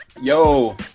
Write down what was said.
Yo